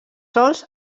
sols